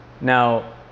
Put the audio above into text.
Now